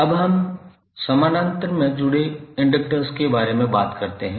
अब हम समानांतर में जुड़े इंडेक्सर्स के बारे में बात करते हैं